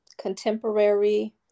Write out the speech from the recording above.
contemporary